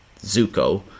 Zuko